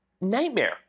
nightmare